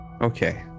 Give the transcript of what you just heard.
Okay